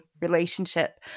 relationship